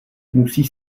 musí